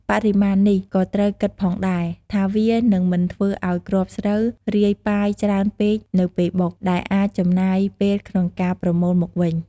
បរិមាណនេះក៏ត្រូវគិតផងដែរ ថាវានឹងមិនធ្វើឱ្យគ្រាប់ស្រូវរាយប៉ាយច្រើនពេកនៅពេលបុក ដែលអាចចំណាយពេលក្នុងការប្រមូលមកវិញ។